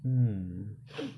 mm